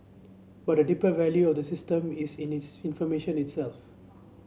but the deeper value of the system is in needs information itself